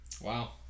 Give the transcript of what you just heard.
Wow